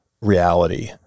reality